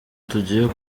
tugiye